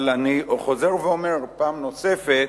אבל אני חוזר ואומר פעם נוספת,